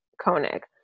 Koenig